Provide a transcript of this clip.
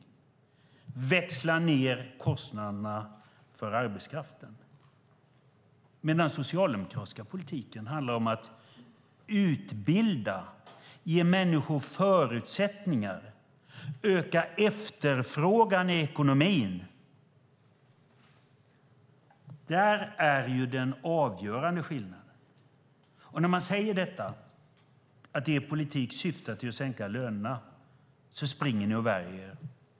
Det handlar om att växla ned kostnaderna för arbetskraften. Den socialdemokratiska politiken handlar om att utbilda, ge människor förutsättningar och öka efterfrågan i ekonomin. Där är den avgörande skillnaden. När man säger att er politik syftar till att sänka lönerna springer ni och värjer er.